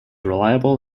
reliable